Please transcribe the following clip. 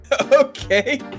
Okay